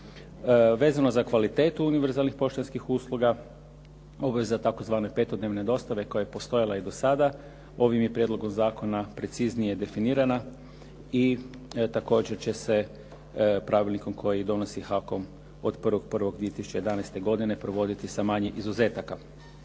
Vezano za kvalitetu univerzalnih poštanskih usluga, obveza tzv. petodnevne dostave koja je postojala i do sada ovim je prijedlogom zakona preciznije definirana i također će se pravilnikom koji donosi HAKOM od 1.1.2011. godine provoditi sa manje izuzetaka.